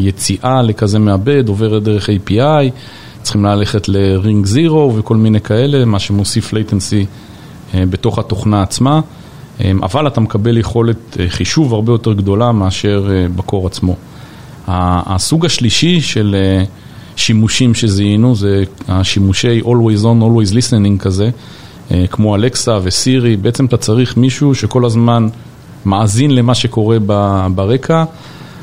יציאה לכזה מעבד, עוברת דרך API, צריכים ללכת ל-Ring 0 וכל מיני כאלה, מה שמוסיף latency בתוך התוכנה עצמה, אבל אתה מקבל יכולת חישוב הרבה יותר גדולה מאשר ב-core עצמו. הסוג השלישי של שימושים שזיהינו, זה השימושי Always-On, Always-Listening כזה, כמו Alexa וSiri, בעצם אתה צריך מישהו שכל הזמן מאזין למה שקורה ברקע